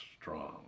strong